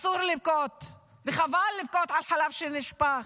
אסור וחבל לבכות על חלב שנשפך,